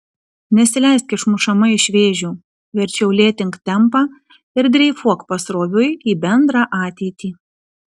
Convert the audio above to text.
nesileisk išmušama iš vėžių verčiau lėtink tempą ir dreifuok pasroviui į bendrą ateitį